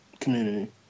community